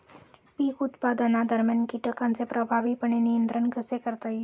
पीक उत्पादनादरम्यान कीटकांचे प्रभावीपणे नियंत्रण कसे करता येईल?